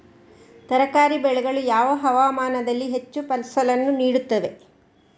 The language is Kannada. ತರಕಾರಿ ಬೆಳೆಗಳು ಯಾವ ಹವಾಮಾನದಲ್ಲಿ ಹೆಚ್ಚು ಫಸಲನ್ನು ನೀಡುತ್ತವೆ?